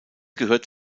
gehört